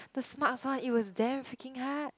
the smarts one it was damn freaking hard